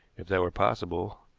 if that were possible.